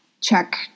check